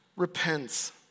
repents